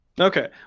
Okay